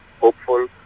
hopeful